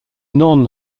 non